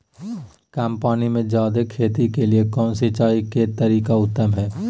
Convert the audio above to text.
कम पानी में जयादे खेती के लिए कौन सिंचाई के तरीका उत्तम है?